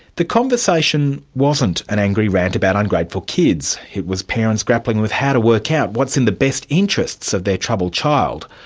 the conversation wasn't an angry rant about ungrateful kids it was parents grappling with how to work out what's in the best interests of their troubled child,